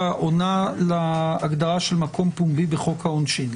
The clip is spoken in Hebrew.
עונה להגדרה של מקום פומבי בחוק העונשין.